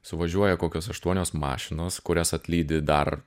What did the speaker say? suvažiuoja kokios aštuonios mašinos kurias atlydi dar